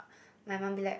my mom be like